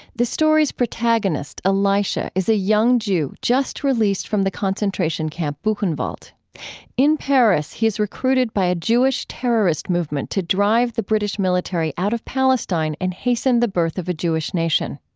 the story's protagonist, ah like elisha, is a young jew just released from the concentration camp, buchenwald. in paris, he is recruited by a jewish terrorist movement to drive the british military out of palestine and hasten the birth of a jewish nation.